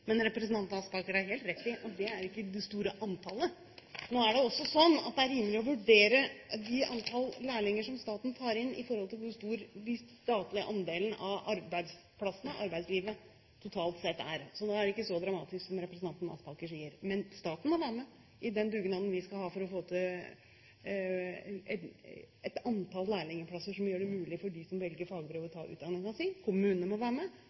Men representanten Aspaker har helt rett i at det ikke er det store antallet. Nå er det også slik at det er rimelig å vurdere det antallet lærlinger som staten tar inn, i forhold til hvor stor den statlige andelen av arbeidslivet totalt sett er. Da er det ikke så dramatisk som representanten Aspaker sier. Men staten må være med i den dugnaden vi skal ha for å få til et antall lærlingplasser som gjør det mulig for dem som velger fagbrev, å ta utdanningen sin. Kommunene må være med,